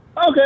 Okay